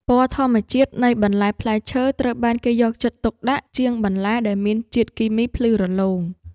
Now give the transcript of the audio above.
ពណ៌ធម្មជាតិនៃបន្លែផ្លែឈើត្រូវបានគេយកចិត្តទុកដាក់ជាងបន្លែដែលមានជាតិគីមីភ្លឺរលោង។